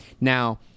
now